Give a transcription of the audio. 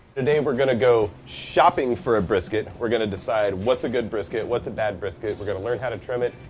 today and we're gonna go shopping for a brisket. we're gonna decide what's a good brisket? what's a bad brisket? we're gonna learn how to trim it,